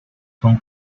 son